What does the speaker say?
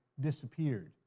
disappeared